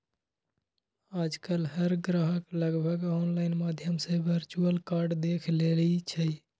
आजकल हर ग्राहक लगभग ऑनलाइन माध्यम से वर्चुअल कार्ड देख लेई छई